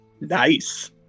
Nice